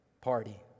party